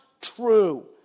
true